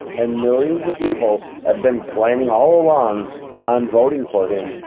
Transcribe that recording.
and millions of people have been planning all along on voting for him,